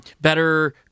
better